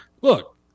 look